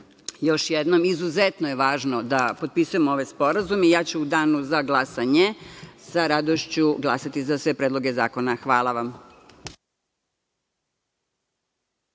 jednom izuzetno je važno da potpisujemo ove sporazume i ja ću u danu za glasanje, sa radošću glasati za sve predloge zakona. Hvala vam.